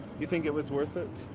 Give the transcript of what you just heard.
you think it was worth it?